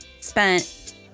spent